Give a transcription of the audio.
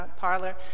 Parlor